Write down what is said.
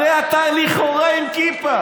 הרי אתה לכאורה עם כיפה.